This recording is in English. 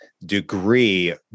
degree